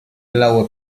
blaue